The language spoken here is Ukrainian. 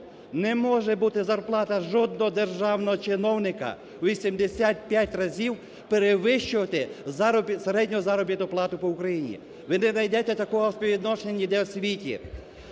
Не може бути зарплата жодного держаного чиновника у 85 разів перевищувати середню заробітну плату по Україні. Ви не найдете такого співвідношення ніде в світі.